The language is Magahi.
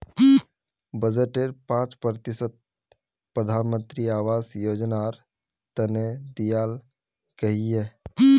बजटेर पांच प्रतिशत प्रधानमंत्री आवास योजनार तने दियाल गहिये